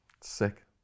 Sick